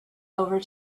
over